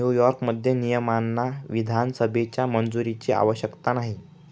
न्यूयॉर्कमध्ये, नियमांना विधानसभेच्या मंजुरीची आवश्यकता नाही